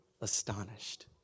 astonished